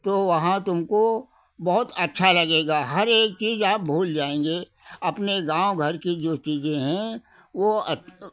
तो वहाँ तुमको बहुत अच्छा लगेगा हर एक चीज़ आप भूल जाएंगे अपने गाँव घर की जो चीज़ें हैं वो अच्